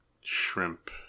shrimp